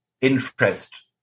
interest